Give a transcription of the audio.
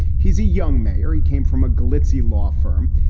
he's a young mayor. he came from a glitzy law firm,